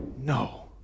no